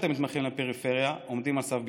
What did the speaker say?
המתמחים לפריפריה עומדים על סף ביטול.